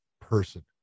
person